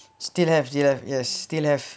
still have still have